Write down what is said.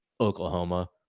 Oklahoma